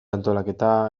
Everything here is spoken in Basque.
antolaketa